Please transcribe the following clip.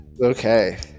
Okay